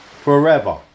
forever